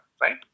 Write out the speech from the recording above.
right